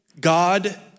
God